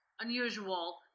Unusual